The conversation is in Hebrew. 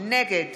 נגד